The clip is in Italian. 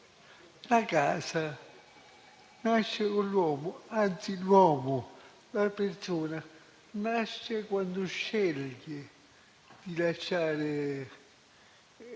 la casa nasce con l'uomo, anzi l'uomo, la persona, nasce quando sceglie di lasciare